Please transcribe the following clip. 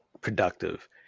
productive